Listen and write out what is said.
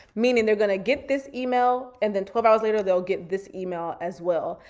meaning they're gonna get this email and then twelve hours later, they'll get this email as well.